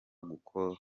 gukora